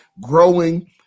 growing